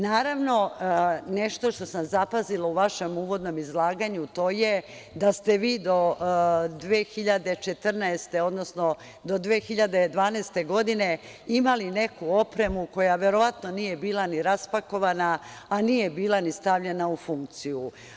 Naravno, nešto što sam zapazila u vašem uvodnom izlaganju, to je da ste vi do 2014. godine, odnosno do 2012. godine imali neku opremu koja verovatno nije bila ni raspakovana, a nije bila ni stavljena u funkciju.